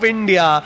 India